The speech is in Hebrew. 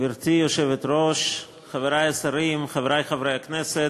גברתי היושבת-ראש, חברי השרים, חברי חברי הכנסת,